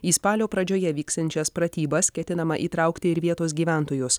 į spalio pradžioje vyksiančias pratybas ketinama įtraukti ir vietos gyventojus